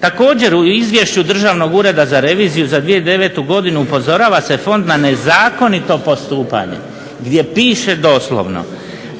Također u izvješću Državnog ureda za reviziju za 2009. godinu upozorava se fond na nezakonito postupanje gdje piše doslovno: